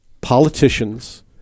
politicians